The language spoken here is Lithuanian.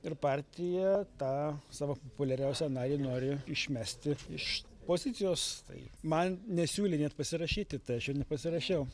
ir partija tą savo populiariausią narį nori išmesti iš pozicijos tai man nesiūlė net pasirašyti tai aš ir nepasirašiau